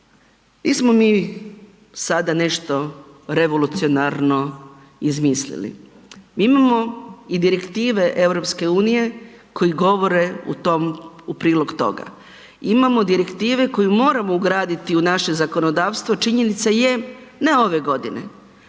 Nismo mi sada nešto revolucionarno izmislili, mi imamo i direktive EU koje govore u prilog toga. Imamo direktive koje moramo ugraditi u naše zakonodavstvo, činjenica je, ne ove godine,